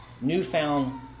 newfound